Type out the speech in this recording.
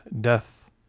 death